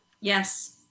Yes